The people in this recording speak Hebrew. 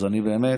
אז אני באמת